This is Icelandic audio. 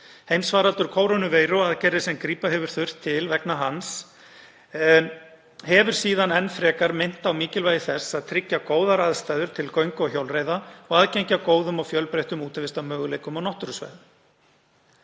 Heimsfaraldur kórónuveiru og aðgerðir sem grípa hefur þurft til vegna hans hefur síðan enn frekar minnt á mikilvægi þess að tryggja góðar aðstæður til göngu og hjólreiða og aðgengi að góðum og fjölbreyttum útivistarmöguleikum og náttúrusvæðum.